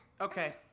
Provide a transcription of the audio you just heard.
Okay